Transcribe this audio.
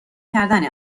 کردن